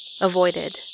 Avoided